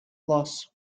loss